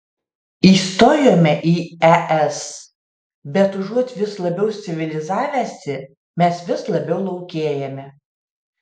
įstojome į es bet užuot vis labiau civilizavęsi mes vis labiau laukėjame